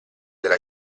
della